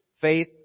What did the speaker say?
faith